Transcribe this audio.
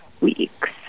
weeks